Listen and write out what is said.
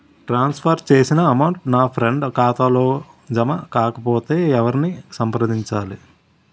ట్రాన్స్ for చేసిన amount నా friend ఖాతాలో జమ కాకపొతే ఎవరిని సంప్రదించాలి?